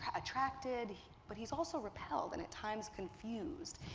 attracted, but he's also repelled and, at times, confused.